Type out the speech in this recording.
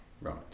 Right